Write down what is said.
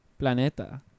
Planeta